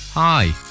Hi